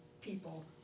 people